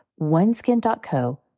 oneskin.co